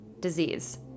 disease